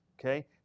okay